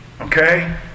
okay